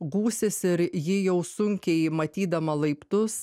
gūsis ir ji jau sunkiai matydama laiptus